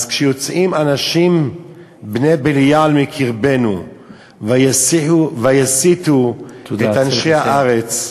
אז כשיוצאים אנשים בני-בליעל מקרבנו ויסיתו את אנשי הארץ,